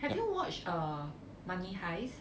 have you watch err money heist